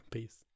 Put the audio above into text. Peace